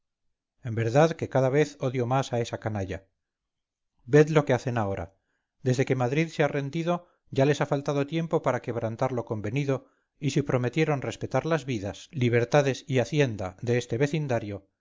en verdad que cada vez odiomás a esa canalla ved lo que hacen ahora desde que madrid se ha rendido ya les ha faltado tiempo para quebrantar lo convenido y si prometieron respetar las vidas libertades y hacienda de este vecindario